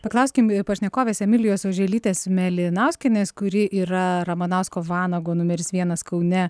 paklauskim pašnekovės emilijos oželytės melynauskienės kuri yra ramanausko vanago numeris vienas kaune